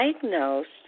diagnosed